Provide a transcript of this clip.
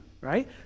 right